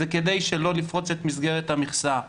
זה כדי שלא לפרוץ את מסגרת המכסה.